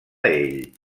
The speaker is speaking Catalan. ell